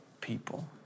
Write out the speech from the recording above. people